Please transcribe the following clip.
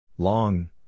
Long